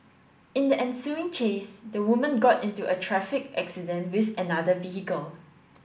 in the ensuing chase the woman got into a traffic accident with another vehicle